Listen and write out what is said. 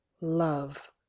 love